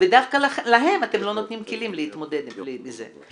ודווקא להם אתם לא נותנים כלים להתמודד עם זה.